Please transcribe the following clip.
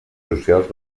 socials